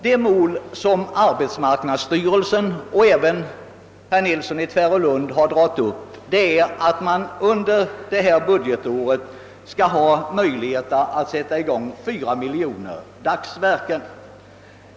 Det mål som arbetsmarknadsstyrelsen och även herr Nilsson i Tvärålund angivit är att under detta budgetår skall kunna sättas i gång 4 miljoner dagsverken.